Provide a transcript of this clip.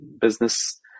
business